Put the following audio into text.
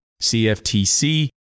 CFTC